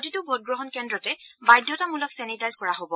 প্ৰতিটো ভোটগ্ৰহণ কেন্দ্ৰতে বাধ্যতামূলকভাৱে চেনিটাইজ কৰা হ'ব